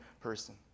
person